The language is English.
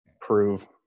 prove